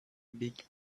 big